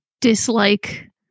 dislike